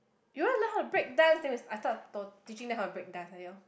you want learn how to break dances then we I start to to teaching her the break dance like that loh